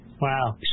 Wow